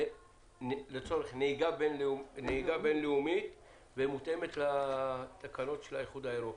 לצורך נהיגה בין-לאומית ומותאמת לתקנות של האיחוד האירופי.